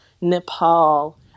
Nepal